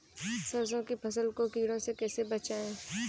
सरसों की फसल को कीड़ों से कैसे बचाएँ?